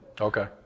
Okay